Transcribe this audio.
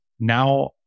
now